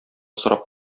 сорап